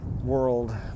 world